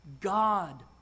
God